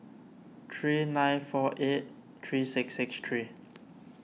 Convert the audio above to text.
three nine four eight three six six three